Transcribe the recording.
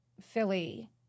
Philly